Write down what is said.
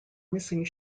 missing